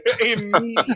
Immediately